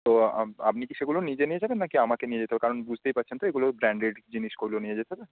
তো আপনি কি সেগুলো নিজে নিয়ে যাবেন না কি আমাকে নিয়ে যেতে হবে কারণ বুঝতেই পারছেন তো এগুলো ব্র্যান্ডেড জিনিসগুলো নিয়ে যেতে হবে